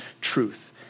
truth